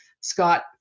Scott